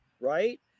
right